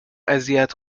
اذیت